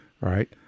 right